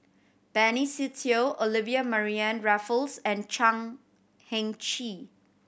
Benny Se Teo Olivia Mariamne Raffles and Chan Heng Chee